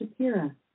Shapira